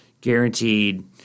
guaranteed